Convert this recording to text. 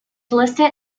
listed